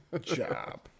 job